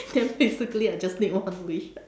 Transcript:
then basically I just need one wish